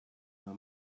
her